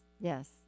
yes